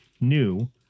new